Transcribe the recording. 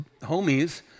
homies